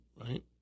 right